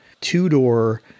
Two-door